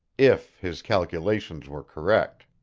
if his calculations were correct.